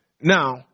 Now